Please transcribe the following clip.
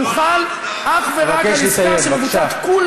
אבקש לסיים, בבקשה.